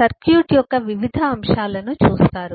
circuit యొక్క వివిధ అంశాలను చూస్తారు